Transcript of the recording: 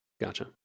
Gotcha